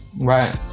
Right